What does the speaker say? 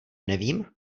nevím